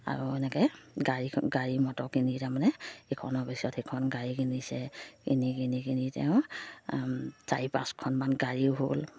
আৰু এনেকৈ গাড়ীখন গাড়ী মটৰ কিনি তাৰমানে এইখনৰ পিছত সেইখন গাড়ী কিনিছে কিনি কিনি কিনি তেওঁ চাৰি পাঁচখনমান গাড়ীও হ'ল